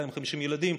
250 ילדים,